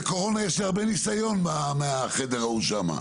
בקורונה יש לי הרבה מאוד ניסיון מהדיונים שהתקיימו שם.